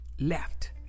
left